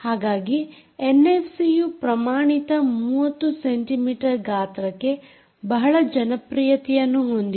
ಹಾಗಾಗಿ ಎನ್ಎಫ್ಸಿ ಯು ಪ್ರಮಾಣಿತ 30 ಸೆಂಟಿ ಮೀಟರ್ ಗಾತ್ರಕ್ಕೆ ಬಹಳ ಜನಪ್ರಿಯತೆಯನ್ನು ಹೊಂದಿದೆ